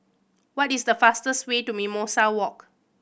what is the fastest way to Mimosa Walk